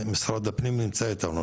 משרד הפנים נמצא איתנו,